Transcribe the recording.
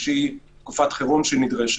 שהיא תקופת חירום, שנדרשת.